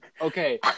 okay